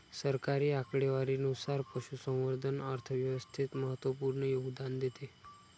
सरकारी आकडेवारीनुसार, पशुसंवर्धन अर्थव्यवस्थेत महत्त्वपूर्ण योगदान देते